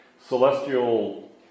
celestial